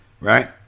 right